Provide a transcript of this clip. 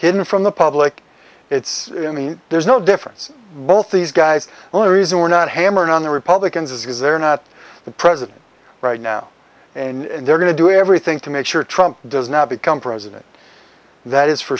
hidden from the public it's there's no difference both these guys only reason we're not hammering on the republicans is because they're not the president right now and they're going to do everything to make sure trump does not become president that is for